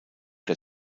der